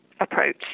approach